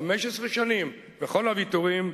15 שנים וכל הוויתורים,